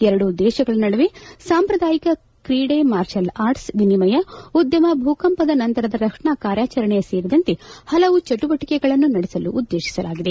ಎರಡೂ ದೇಶಗಳ ನಡುವೆ ಸಾಂಪ್ರದಾಯಿಕ ಕ್ರೀಡೆ ಮಾರ್ಷಲ್ ಆರ್ಟ್ ವಿನಿಮಯ ಉದ್ದಮ ಭೂಕಂಪದ ನಂತರದ ರಕ್ಷಣಾ ಕಾರ್ಯಾಚರಣೆ ಸೇರಿದಂತೆ ಪಲವು ಚಟುವಟಿಕೆಗಳನ್ನು ನಡೆಸಲು ಉದ್ದೇಶಿಸಲಾಗಿದೆ